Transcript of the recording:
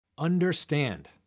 Understand